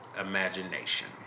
imagination